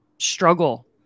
struggle